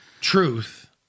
Truth